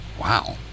Wow